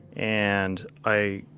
and, i,